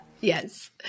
Yes